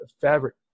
fabric